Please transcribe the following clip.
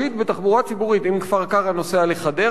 אם תושב כפר-קרע נוסע לחדרה לעבוד או